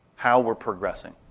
how we're progressing.